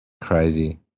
Crazy